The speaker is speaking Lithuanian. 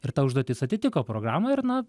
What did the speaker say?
ir ta užduotis atitiko programą ir na